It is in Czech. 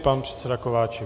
Pan předseda Kováčik.